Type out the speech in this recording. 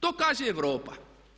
To kaže Europa.